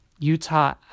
Utah